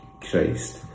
Christ